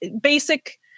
basic